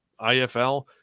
IFL